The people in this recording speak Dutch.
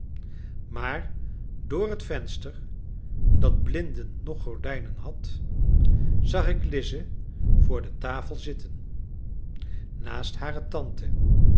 maar door het venster dat blinden noch gordijnen had zag ik lize voor de tafel zitten naast hare tante